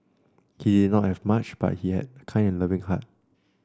he did not have much but he had a kind and loving heart